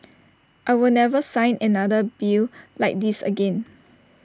I will never sign another bill like this again